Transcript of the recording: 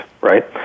right